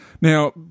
Now